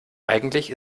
eigentlich